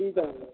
ठीक आहे म